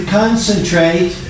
concentrate